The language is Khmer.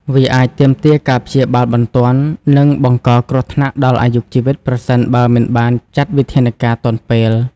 វាអាចទាមទារការព្យាបាលបន្ទាន់ និងបង្កគ្រោះថ្នាក់ដល់អាយុជីវិតប្រសិនបើមិនបានចាត់វិធានការទាន់ពេល។